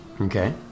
Okay